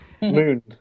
moon